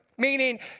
Meaning